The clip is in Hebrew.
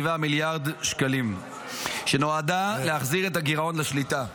מיליארד שקלים שנועדה להחזיר את הגירעון לשליטה.